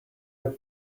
are